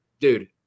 Dude